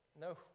No